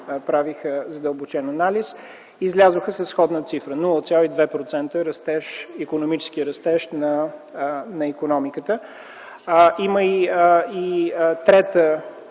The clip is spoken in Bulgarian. направиха задълбочен анализ и излязоха със сходна цифра – 0,2% икономически растеж на икономиката. Има и трети